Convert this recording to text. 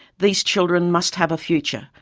these children must have a future,